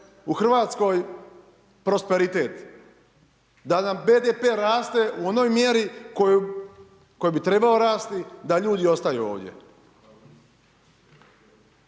u RH prosperitet. Da nam BDP raste u onoj mjeri kojoj bi trebao rasti, da ljudi ostaju ovdje.